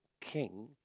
King